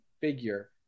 figure